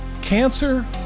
Cancer